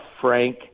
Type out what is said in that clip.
frank